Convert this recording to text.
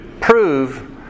prove